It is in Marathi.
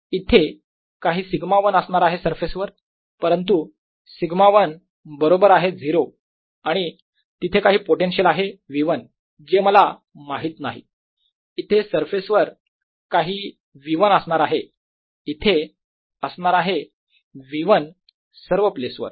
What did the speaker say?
इथे काही σ1 असणार आहे सरफेसवर परंतु σ1 बरोबर आहे 0 आणि तिथे काही पोटेन्शियल आहे V1 जे मला माहित नाही इथे सरफेसवर काही V1 असणार आहे आणि इथे असणार आहे V1 सर्व प्लेस वर